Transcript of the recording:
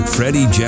Freddie